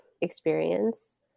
experience